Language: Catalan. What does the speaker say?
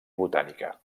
botànica